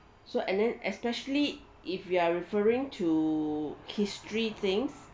so and then especially if you are referring to history things